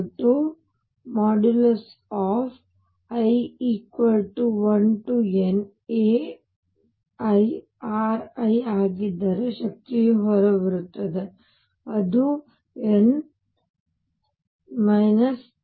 uri1nairi ಆಗಿದ್ದರೆ ಶಕ್ತಿಯು ಹೊರಬರುತ್ತದೆ ಅದು n 13